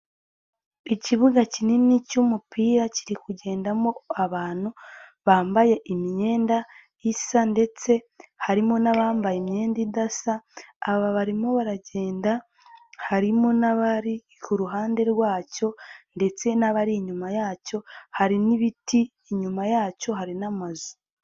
Ikibuga kinini cy'umupira kiri kugendamo abantu bambaye imyenda isa ndetse harimo n'abambaye imyenda idasa, aba barimo baragenda harimo n'abari ku ruhande rwacyo ndetse n'abari inyuma yacyo, hari n'ibiti inyuma yacyo hari n'amazu.